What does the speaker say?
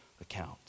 account